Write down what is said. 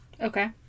Okay